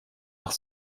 nach